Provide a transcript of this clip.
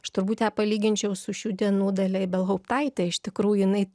aš turbūt ją palyginčiau su šių dienų dalia ibelhauptaite iš tikrųjų jinai